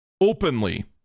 openly